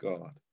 God